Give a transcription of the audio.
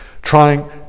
Trying